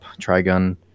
Trigun